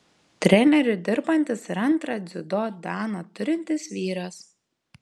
treneriu dirbantis ir antrą dziudo daną turintis vyras